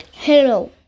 Hello